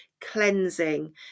cleansing